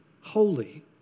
holy